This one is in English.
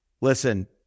listen